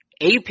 AP